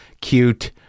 cute